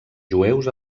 jueus